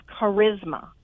charisma